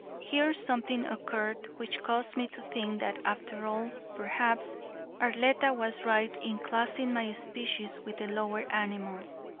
here something occurred which caused me to think that after all, perhaps arletta was right in classing my species with the lower animals.